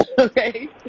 okay